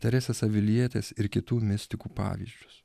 teresės avilietės ir kitų mistikų pavyzdžius